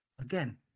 Again